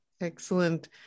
Excellent